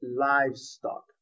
Livestock